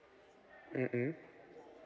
mm mm